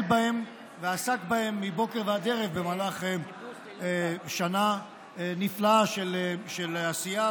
בהן ועסק בהן מבוקר ועד ערב במהלך שנה נפלאה של עשייה,